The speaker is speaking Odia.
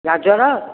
ଗାଜର